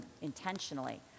intentionally